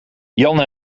jan